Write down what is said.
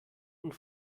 und